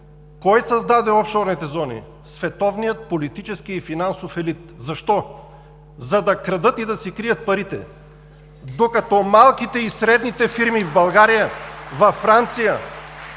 Кой създаде офшорните зони? Световният политически и финансов елит. Защо – за да крадат и да си крият парите. Докато малките и средни фирми в България, във Франция,